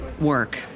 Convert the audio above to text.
work